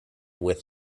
with